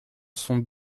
sont